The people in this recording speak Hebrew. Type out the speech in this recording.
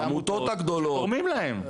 זה עמותות שתורמים להם.